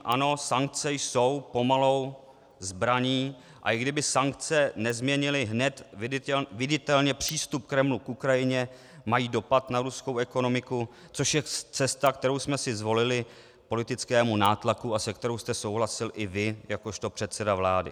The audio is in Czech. Ano, sankce jsou pomalou zbraní, a i kdyby sankce nezměnily hned viditelně přístup Kremlu k Ukrajině, mají dopad na ruskou ekonomiku, což je cesta, kterou jsme si zvolili k politickému nátlaku a se kterou jste souhlasil i vy jakožto předseda vlády.